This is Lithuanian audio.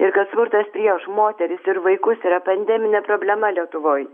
ir kad smurtas prieš moteris ir vaikus yra pandeminė problema lietuvoj